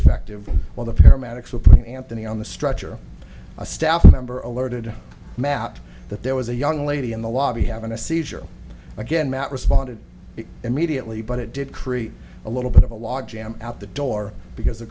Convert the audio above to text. effectively while the paramedics were putting anthony on the stretcher a staff member alerted map that there was a young lady in the lobby having a seizure again matt responded immediately but it did create a little bit of a log jam out the door because the